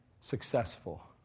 successful